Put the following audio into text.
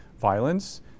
violence